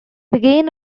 began